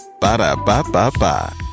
Ba-da-ba-ba-ba